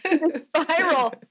spiral